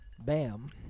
Bam